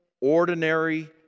ordinary